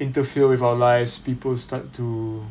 interfere with our lives people start to